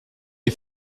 est